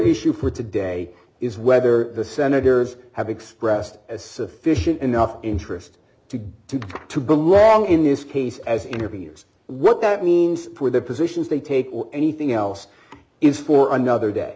issue for today is whether the senators have expressed as sufficient enough interest to get to two belong in this case as interviewers what that means for the positions they take or anything else is for another day